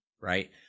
right